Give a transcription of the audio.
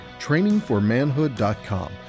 trainingformanhood.com